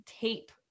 tape